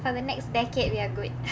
for the next decade we are good